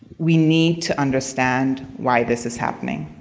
we need to understand why this is happening.